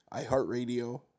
iHeartRadio